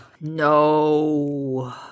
No